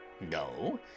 No